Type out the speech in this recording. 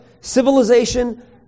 civilization